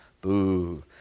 Boo